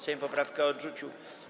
Sejm poprawkę odrzucił.